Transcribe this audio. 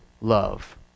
Love